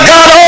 God